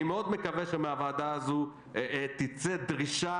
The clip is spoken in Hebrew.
אני מאוד מקווה שמהוועדה הזו תצא דרישה